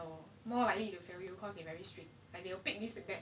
um more likely to fail you cause they very strict and they will pick this